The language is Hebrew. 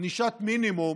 ענישת מינימום